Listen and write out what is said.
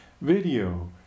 video